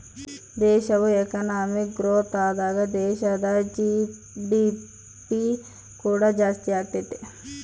ದೇಶವು economic growth ಆದಾಗ ದೇಶದ ಜಿ.ಡಿ.ಪಿ ಕೂಡ ಜಾಸ್ತಿಯಾಗತೈತೆ